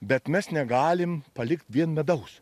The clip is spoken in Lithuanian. bet mes negalim palikt vien medaus